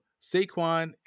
Saquon